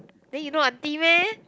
then you not auntie meh